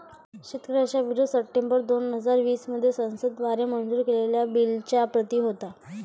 शेतकऱ्यांचा विरोध सप्टेंबर दोन हजार वीस मध्ये संसद द्वारे मंजूर केलेल्या बिलच्या प्रति होता